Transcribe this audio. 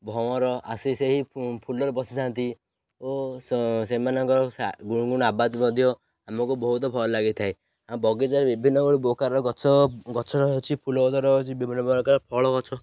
ଭଂଅର ଆସି ସେହି ଫୁଲରେ ବସିଥାନ୍ତି ଓ ସେମାନଙ୍କର ଗୁଣୁ ଗୁଣୁ ଆବାଜ ମଧ୍ୟ ଆମକୁ ବହୁତ ଭଲ ଲାଗିଥାଏ ଆମ ବଗିଚାରେ ବିଭିନ୍ନ ପ୍ରକାର ଗଛ ଗଛର ଅଛି ଫୁଲ ଗଛର ଅଛି ବିଭିନ୍ନ ପ୍ରକାର ଫଳ ଗଛ